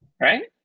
right